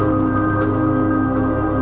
sure